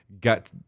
got